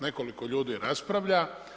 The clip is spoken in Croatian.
Nekoliko ljudi raspravlja.